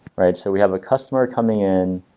right? so we have a customer coming in,